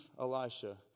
Elisha